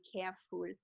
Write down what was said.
careful